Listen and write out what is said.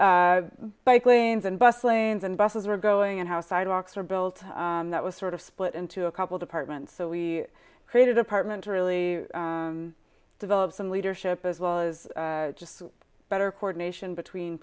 bike lanes and bus lanes and buses were going and how sidewalks are built that was sort of split into a couple departments so we created apartment to really develop some leadership as well as just better coordination between